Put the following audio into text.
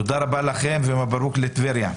תודה רבה לכם, ומברוק לטבריה.